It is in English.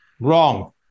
Wrong